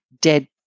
dead